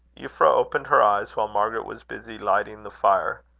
euphra opened her eyes while margaret was busy lighting the fire.